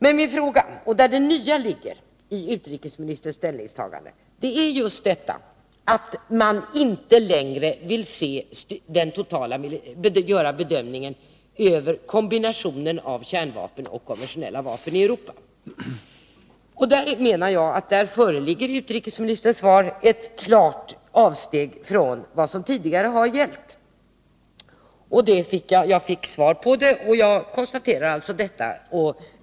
Men det nya i utrikesministerns ställningstagande är just att han inte längre vill göra den totala bedömningen av kombinationen mellan kärnvapen och konventionella vapen i Europa. Därvid menar jag att utrikesministerns svar utgör ett klart avsteg från det som tidigare har gällt. Det fick jag besked om, och jag konstaterade detta faktum.